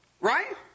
Right